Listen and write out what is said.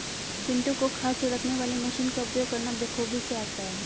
पिंटू को खाद छिड़कने वाली मशीन का उपयोग करना बेखूबी से आता है